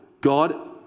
God